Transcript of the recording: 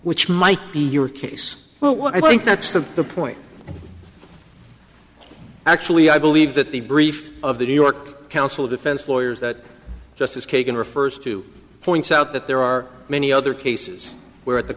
which might be your case well i think that's the point actually i believe that the brief of the new york counsel defense lawyers that justice kagan refers to points out that there are many other cases where at the